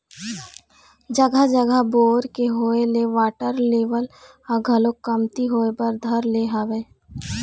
जघा जघा बोर के होय ले वाटर लेवल ह घलोक कमती होय बर धर ले हवय